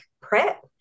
prep